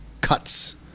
cuts